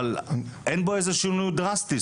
אבל אין בו שינוי דרסטי.